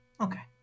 Okay